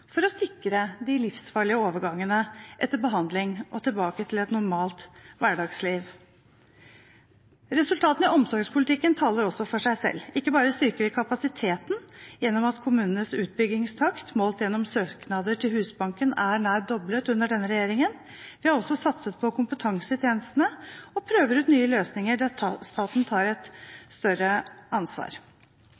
for å sikre de livsfarlige overgangene etter behandling og tilbakeføringen til et normalt hverdagsliv. Resultatene i omsorgspolitikken taler også for seg selv. Ikke bare styrker vi kapasiteten gjennom at kommunenes utbyggingstakt, målt gjennom søknader til Husbanken, er nær doblet under denne regjeringen. Vi har også satset på kompetanse i tjenestene, og vi prøver ut nye løsninger der staten tar et større ansvar.